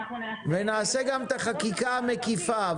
נעשה גם את החקיקה המקיפה,